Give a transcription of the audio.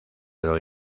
oro